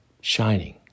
Shining